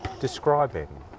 describing